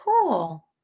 cool